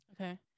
Okay